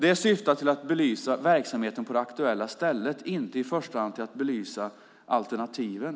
Det syftar till att belysa verksamheten på det aktuella stället och inte i första hand att belysa alternativen.